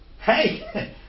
hey